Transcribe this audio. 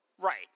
Right